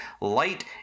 light